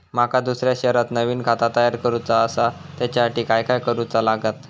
माका दुसऱ्या शहरात नवीन खाता तयार करूचा असा त्याच्यासाठी काय काय करू चा लागात?